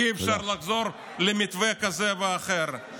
אי-אפשר לחזור למתווה כזה ואחר.